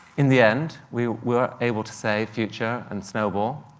in the end, we were able to save future and snowball,